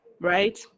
Right